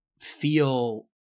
feel